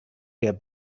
der